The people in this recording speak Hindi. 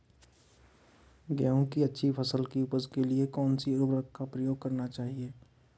गेहूँ की अच्छी फसल की उपज के लिए कौनसी उर्वरक का प्रयोग करना चाहिए?